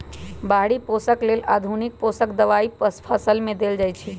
बाहरि पोषक लेल आधुनिक पोषक दबाई फसल में देल जाइछइ